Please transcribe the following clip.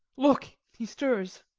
look, he stirs